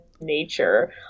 nature